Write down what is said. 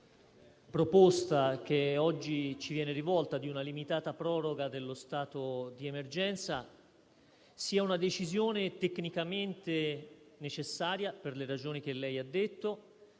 proposta, che oggi ci viene rivolta, di una limitata proroga dello stato di emergenza è una decisione tecnicamente necessaria, per le ragioni che lei ha detto,